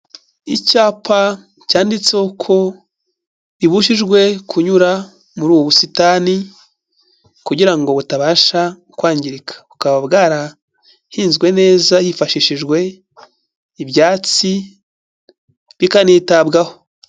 Icyapa cyanditseho ko bibujijwe kunyura muri ubu busitani kugira ngo butabasha kwangirika, bukaba bwarahinzwe neza hifashishijwe ibyatsi bikanitabwaho.